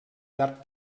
llarg